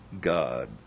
God